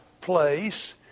place